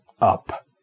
up